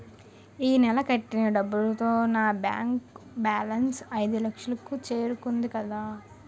ఈ నెల కట్టిన డబ్బుతో నా బ్యాంకు బేలన్స్ ఐదులక్షలు కు చేరుకుంది కదా